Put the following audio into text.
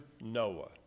Noah